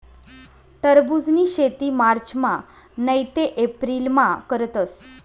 टरबुजनी शेती मार्चमा नैते एप्रिलमा करतस